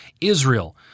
Israel